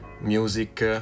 music